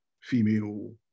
female